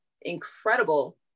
incredible